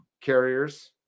Carriers